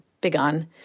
begun